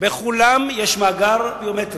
בכולן יש מאגר ביומטרי.